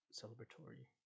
celebratory